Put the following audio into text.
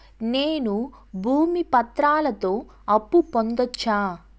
నేను భూమి పత్రాలతో అప్పు పొందొచ్చా?